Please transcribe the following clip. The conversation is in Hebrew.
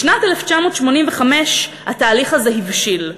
בשנת 1985 התהליך הזה הבשיל.